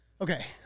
okay